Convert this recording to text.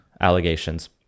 allegations